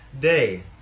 day